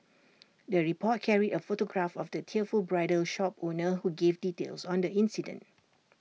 the report carried A photograph of the tearful bridal shop owner who gave details on the incident